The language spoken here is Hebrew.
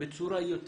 בצורה יותר